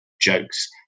jokes